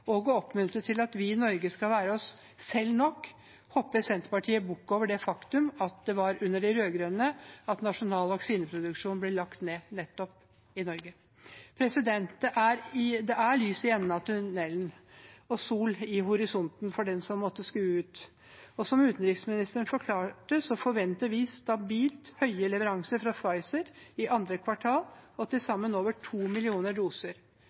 og oppmuntre til at vi i Norge skal være oss selv nok, hopper Senterpartiet bukk over det faktum at det var under de rød-grønne at nasjonal vaksineproduksjon ble lagt ned i Norge. Det er lys i enden av tunnelen og sol i horisonten for dem som måtte skue ut. Som utenriksministeren forklarte, forventer vi stabilt høye leveranser fra Pfizer i andre kvartal, og til sammen over to millioner